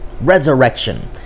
resurrection